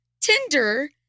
Tinder